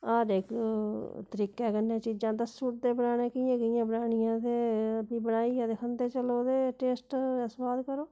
हर इक तरीके कन्नै चीजां दसुड़दे बनाने कि'यां कि'यां बनानियां ते फ्ही बनाइयै ते खंदे चलो ते टेस्ट सोआद करो